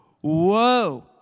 whoa